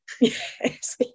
Yes